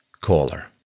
caller